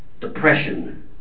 depression